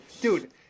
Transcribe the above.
Dude